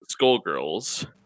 Skullgirls